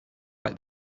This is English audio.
like